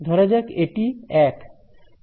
ধরা যাক এটি ওয়ান